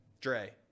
Dre